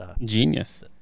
genius